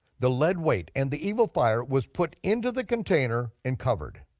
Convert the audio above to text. the lead weight and the evil fire was put into the container and covered.